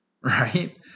right